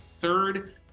third